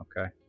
Okay